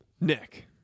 Nick